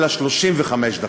אלא 35 דקות.